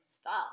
stop